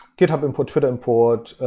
github import, twitter import,